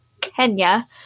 Kenya